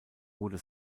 wurde